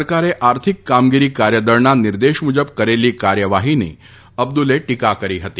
સરકારે આર્થિક કામગીરી કાર્યદળના નિર્દેશ મુજબ કરેલી કાર્યવાહીની અબ્દુલે ટીકા કરી હતી